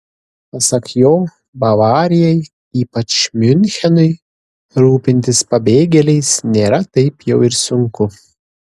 pasak jo bavarijai ypač miunchenui rūpintis pabėgėliais nėra taip jau ir sunku